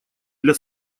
для